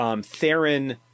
Theron